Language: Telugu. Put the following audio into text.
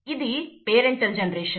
ఇది పేరెంటల్ జనరేషన్